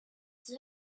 the